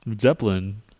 Zeppelin